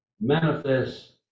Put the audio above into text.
manifest